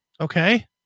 Okay